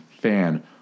fan